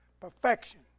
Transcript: Perfection